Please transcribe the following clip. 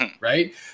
Right